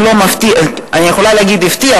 אני יכולה להגיד הפתיע,